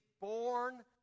born